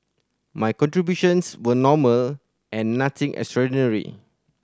my contributions were normal and nothing extraordinary